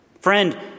Friend